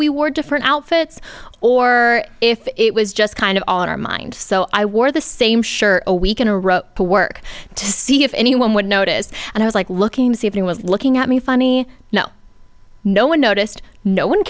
we were different outfits or if it was just kind of on our mind so i wore the same shirt a week in a row to work to see if anyone would notice and i was like looking to see if he was looking at me funny no no one noticed no one